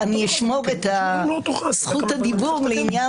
היא מביאה את חזון העם ואת האני מאמין